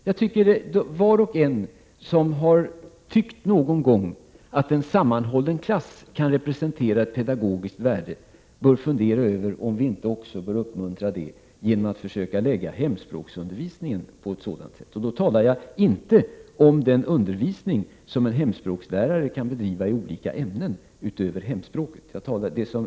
Var och en som någon gång har tyckt att en sammanhållen klass kan representera ett pedagogiskt värde borde fundera över om vi inte också bör uppmuntra detta genom att försöka lägga hemspråksundervisningen på ett sätt som står i överensstämmelse härmed. Då talar jag inte om den undervisning som en hemspråkslärare kan bedriva i olika ämnen utöver hemspråket.